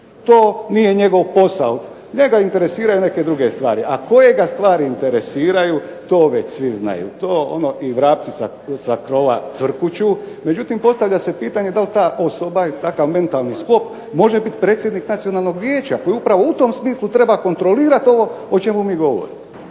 To nije njegov posao. Njega interesiraju neke druge stvari, a koje ga stvari interesiraju to već svi znaju. To ono i vrapci sa krova cvrkuću. Međutim, postavlja se pitanje da li ta osoba ili takav mentalni sklop može bit predsjednik Nacionalnog vijeća koji upravo u tom smislu treba kontrolirat ovo o čemu mi govorimo.